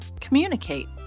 Communicate